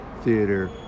theater